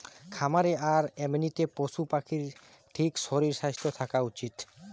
খামারে আর এমনিতে পশু পাখির ঠিক শরীর স্বাস্থ্য থাকা উচিত